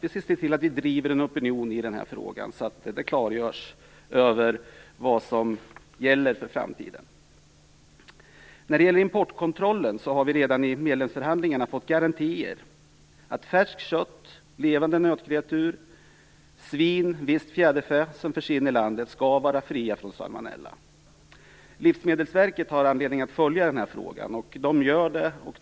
Vi skall se till att driva opinion i den här frågan, så att det klargörs vad som gäller för framtiden. När det gäller importkontrollen har vi redan i medlemsförhandlingarna fått garantier för att färskt kött, levande nötkreatur, svin och visst fjäderfä som förs in i landet skall vara fria från salmonella. Livsmedelsverket har anledning att följa den här frågan, och man gör det också.